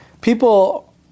people